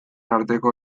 arteko